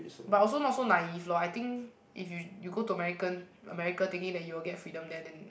but also not so naive lor I think if you you go to American America thinking that you will get freedom there then